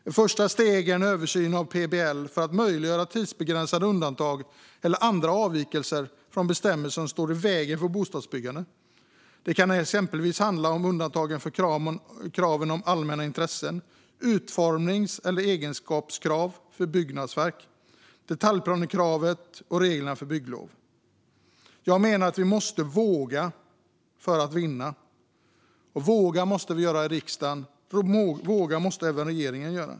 Ett första steg är en översyn av PBL för att möjliggöra tidsbegränsade undantag eller andra avvikelser från bestämmelser som står i vägen för bostadsbyggande. Det kan exempelvis handla om undantag från kraven om allmänna intressen, utformnings och egenskapskrav för byggnadsverk, detaljplanekravet och reglerna för bygglov. Jag menar att vi måste våga för att vinna. Våga måste vi göra i riksdagen, och våga måste även regeringen göra.